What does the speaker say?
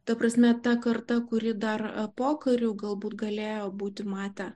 ta prasme ta karta kuri dar pokariu galbūt galėjo būt matę